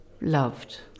loved